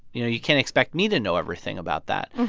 you know, you can't expect me to know everything about that.